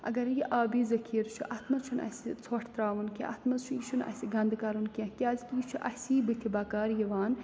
اَگرَے یہِ آبی ذخیٖر چھُ اَتھ منٛز چھُنہٕ اَسہِ یہِ ژھۄٹھ ترٛاوُن کیٚنٛہہ اَتھ منٛز چھُ یہِ چھُنہٕ اَسہِ گَنٛدٕ کَرُن کیٚنٛہہ کیٛازِ کہِ یہِ چھُ اَسی بٕتھِ بَکار یِوان